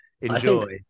enjoy